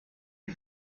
the